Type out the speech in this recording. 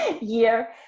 year